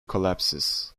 collapses